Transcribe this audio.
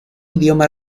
idioma